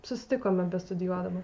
susitikome bestudijuodamos